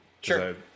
Sure